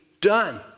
done